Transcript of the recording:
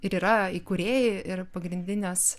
ir yra įkūrėjai ir pagrindinės